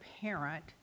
parent